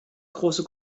große